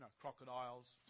Crocodiles